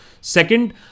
Second